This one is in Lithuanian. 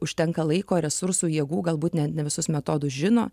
užtenka laiko resursų jėgų galbūt net ne visus metodus žino